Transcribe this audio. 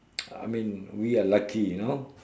I mean we are lucky you know